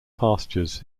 pastures